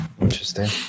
interesting